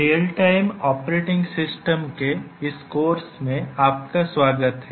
real time operating system के इस course में आपका स्वागत है